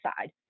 side